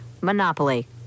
monopoly